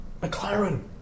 McLaren